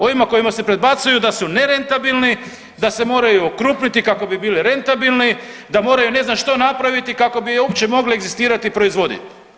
Ovima kojima se predbacuju da su nerentabilni, da se moraju okrupniti kako bi bili rentabilni, da moraju ne znam što napraviti kako bi uopće mogli egzistirati i proizvoditi.